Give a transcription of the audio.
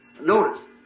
Notice